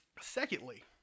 Secondly